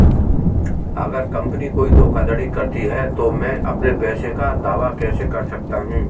अगर कंपनी कोई धोखाधड़ी करती है तो मैं अपने पैसे का दावा कैसे कर सकता हूं?